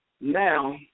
now